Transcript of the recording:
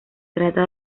trata